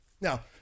Now